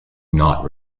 not